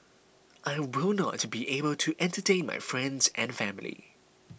I will not be able to entertain my friends and family